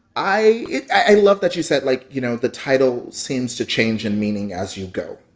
i i love that you said, like, you know, the title seems to change in meaning as you go,